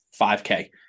5K